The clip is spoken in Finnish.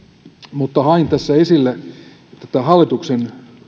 mutta hain tässä esille hallituksen